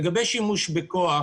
לגבי שימוש בכוח